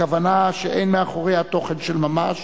כוונה שאין מאחוריה תוכן של ממש